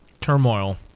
turmoil